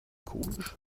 komisch